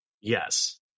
Yes